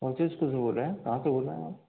कौन से इस्कूल से बोल रहे हैं कहाँ से बोल रहे हैं आप